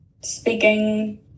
speaking